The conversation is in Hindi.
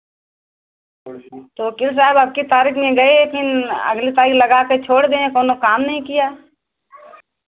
तो वकील साहब अबकी तारीख में गए फिर अगले तारीख लगा के छोड़ देहें कौनो काम नहीं किया